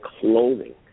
clothing